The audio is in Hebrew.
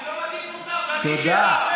אני לא מטיף מוסר, תודה.